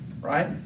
right